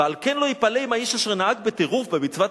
ועל כן לא ייפלא אם האיש אשר נהג בטירוף במצוות